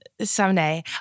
Someday